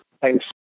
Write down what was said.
thanks